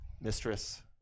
mistress